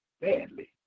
badly